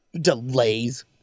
Delays